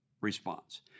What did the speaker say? response